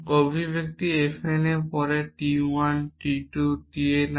অভিব্যক্তি f n এর পরে t 1 t 2 t n আছে